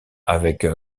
avec